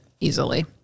easily